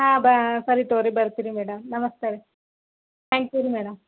ಹಾಂ ಬಾ ಸರಿ ತಗೋರಿ ಬರ್ತೀರಿ ಮೇಡಮ್ ನಮಸ್ತೆವೇ ತ್ಯಾಂಕ್ ಯು ರೀ ಮೇಡಮ್